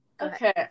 Okay